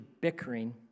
bickering